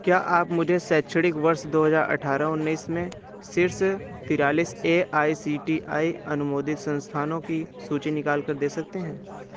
क्या आप मुझे सैक्षणिक वर्ष दो हज़ार अट्ठारह उन्नीस में शीर्ष तिरालिस A I C T E अनुमोदित संस्थानों की सूची निकाल कर दे सकते हैं